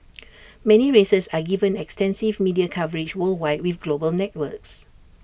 many races are given extensive media coverage worldwide with global networks